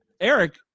Eric